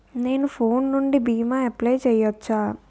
నేను ఫోన్ నుండి భీమా అప్లయ్ చేయవచ్చా?